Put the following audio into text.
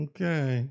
Okay